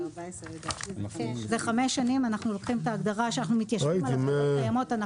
אנחנו מתיישבים על הגדרות קיימות.